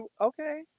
okay